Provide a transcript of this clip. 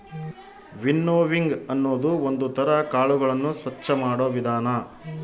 winnowing ಅನ್ನೋದು ಒಂದ್ ತರ ಕಾಳುಗಳನ್ನು ಸ್ವಚ್ಚ ಮಾಡೋ ವಿಧಾನ